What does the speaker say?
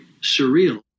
surreal